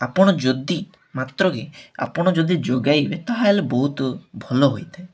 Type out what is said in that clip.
ଆପଣ ଯଦି ମାତ୍ରକେ ଆପଣ ଯଦି ଯୋଗାଇବେ ତାହାହେଲେ ବହୁତ ଭଲ ହୋଇଥାଏ